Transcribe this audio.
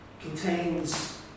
contains